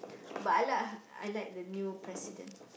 but I like I like the new president